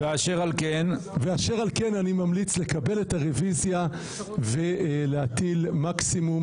אשר על כן אני ממליץ לקבל את הרוויזיה ולהטיל מקסימום